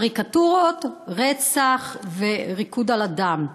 קריקטורות, רצח וריקוד על הדם.